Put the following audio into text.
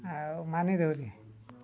ଆଉ ମାନି ଦେହୁରୀ